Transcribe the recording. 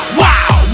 wow